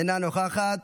אינה נוכחת,